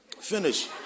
finish